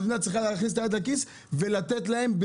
המדינה צריכה להכניס את היד לכיס ולתת להם,